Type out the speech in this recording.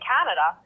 Canada